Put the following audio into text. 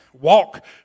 walk